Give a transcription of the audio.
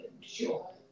Sure